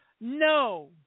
No